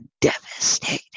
devastating